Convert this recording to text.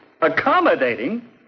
Accommodating